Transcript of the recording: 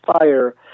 fire